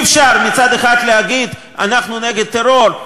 אי-אפשר מצד אחד להגיד "אנחנו נגד טרור",